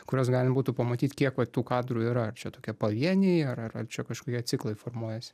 kuriuos galima būtų pamatyt kiek vat tų kadrų yra ar čia tokie pavieniai ar ar ar čia kažkokie ciklai formuojasi